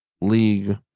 league